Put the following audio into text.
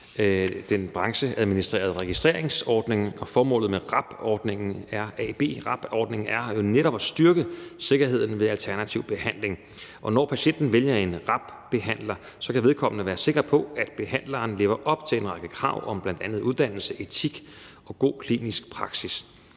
den brancheadministrerede registreringsordning. Formålet med RAB-ordningen er jo netop at styrke sikkerheden ved alternativ behandling, og når patienten vælger en RAB-behandler, kan vedkommende være sikker på, at behandleren lever op til en række krav om bl.a. uddannelse, etik og god klinisk praksis.